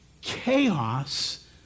chaos